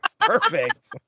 Perfect